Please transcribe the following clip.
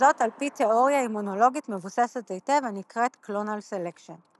וזאת על-פי תאוריה אימונולוגית מבוססת היטב הנקראת clonal selection.